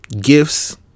gifts